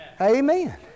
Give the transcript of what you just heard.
Amen